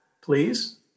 please